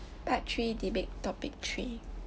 part three debate topic three